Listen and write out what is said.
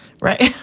Right